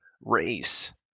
race